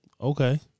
Okay